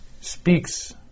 speaks